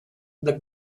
the